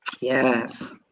Yes